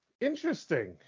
interesting